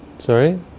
Sorry